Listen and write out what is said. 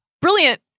brilliant